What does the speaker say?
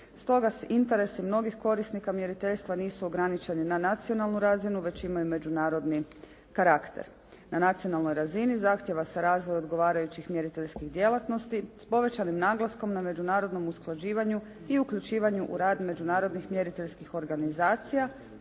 Stoga interesi mnogih korisnika mjeriteljstva nisu ograničeni na nacionalnu razinu već imaju međunarodni karakter. Na nacionalnoj razini zahtjeva se razvoj odgovarajućih mjeriteljskih djelatnosti s povećanim naglaskom na međunarodnom usklađivanju i uključivanju u rad međunarodnih mjeriteljskih organizacija